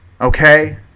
okay